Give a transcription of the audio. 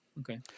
Okay